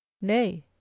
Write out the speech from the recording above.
Nay